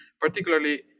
particularly